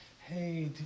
hey